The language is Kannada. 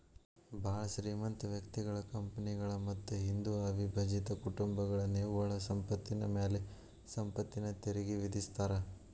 ಭಾಳ್ ಶ್ರೇಮಂತ ವ್ಯಕ್ತಿಗಳ ಕಂಪನಿಗಳ ಮತ್ತ ಹಿಂದೂ ಅವಿಭಜಿತ ಕುಟುಂಬಗಳ ನಿವ್ವಳ ಸಂಪತ್ತಿನ ಮ್ಯಾಲೆ ಸಂಪತ್ತಿನ ತೆರಿಗಿ ವಿಧಿಸ್ತಾರಾ